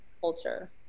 culture